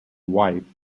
wife